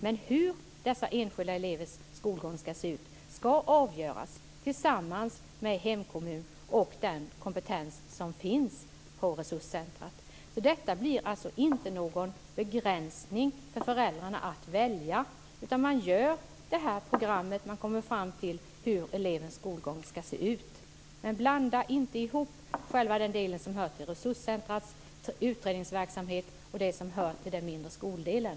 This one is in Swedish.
Men hur de enskilda elevernas skolgång ska se ut ska avgöras tillsammans med hemkommunen och de kompetenta personer som finns på resurscentrumet. Det blir inte någon begränsning för föräldrarna när det gäller att välja. Man går igenom detta program och kommer fram till hur elevens skolgång ska se ut. Blanda inte ihop resurscentrumets utredningverksamhet med den mindre skoldelen!